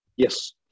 Yes